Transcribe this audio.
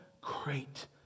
great